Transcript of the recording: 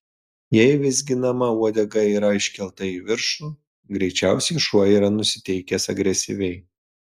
jei vizginama uodega yra iškelta į viršų greičiausiai šuo yra nusiteikęs agresyviai